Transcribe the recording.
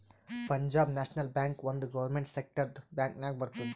Punjab national bank ಒಂದ್ government ಸೆಕ್ಟರ್ದು bank ನಾಗ್ ಬರ್ತುದ್